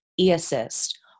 e-assist